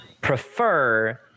prefer